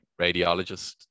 radiologist